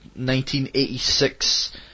1986